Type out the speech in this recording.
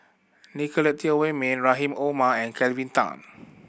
Nicolette Teo Wei Min Rahim Omar and Kelvin Tan